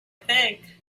think